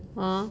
ah